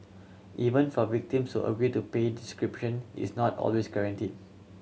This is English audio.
even for victims who agree to pay decryption is not always guarantees